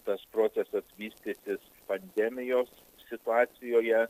tas procesas vystytis pandemijos situacijoje